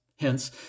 Hence